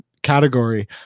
category